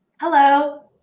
Hello